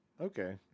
Okay